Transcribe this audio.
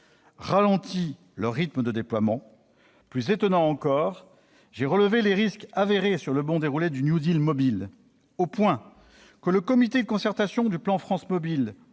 ralenti le rythme de son déploiement. Plus étonnant encore, j'ai relevé les risques avérés sur le bon déroulé du mobile, au point que le comité de concertation du plan France très